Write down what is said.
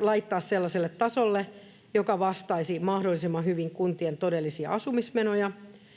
laittaa sellaiselle tasolle, joka vastaisi mahdollisimman hyvin kuntien todellisia asumismenoja.